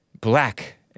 black